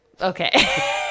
Okay